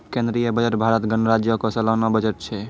केंद्रीय बजट भारत गणराज्यो के सलाना बजट छै